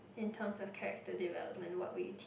in terms of character development what would you teach